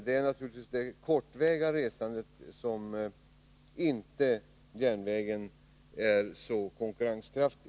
Det är naturligtvis i fråga om det kortväga resandet som järnvägen inte är konkurrenskraftig.